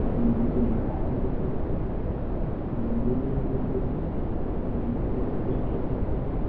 اپنے دل کو بہلایا کرتے تھے خوب مزے لیا کرتے تھے بے ایمانی تو خوب کیا کرتے تھے